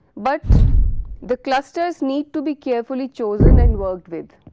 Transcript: but the clusters need to be carefully chosen and worked with.